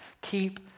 Keep